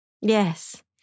Yes